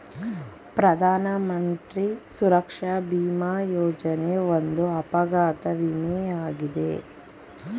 ಪ್ರಧಾನಮಂತ್ರಿ ಸುರಕ್ಷಾ ಭಿಮಾ ಯೋಜನೆ ಒಂದು ಅಪಘಾತ ವಿಮೆ ಯಾಗಿದೆ